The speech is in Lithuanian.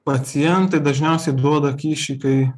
pacientai dažniausiai duoda kyšį kai